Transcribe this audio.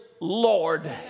Lord